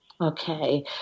Okay